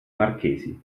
marchesi